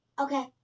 Okay